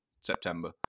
September